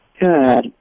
Good